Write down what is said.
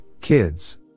kids